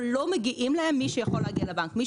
אבל לא מגיעים להם מי שיכול להגיע לבנק.